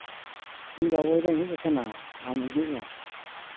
ᱤᱧ ᱵᱟᱵᱳᱭᱫᱟᱧ ᱦᱮᱡ ᱟᱠᱟᱱᱟ ᱟᱢ ᱦᱤᱡᱩᱜ ᱢᱮ